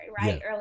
right